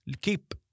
Keep